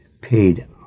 paid